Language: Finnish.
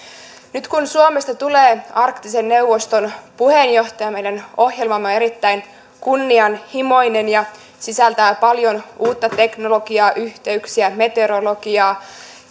nyt kun suomesta tulee arktisen neuvoston puheenjohtaja meidän ohjelmamme on erittäin kunnianhimoinen ja sisältää paljon uutta teknologiaa yhteyksiä meteorologiaa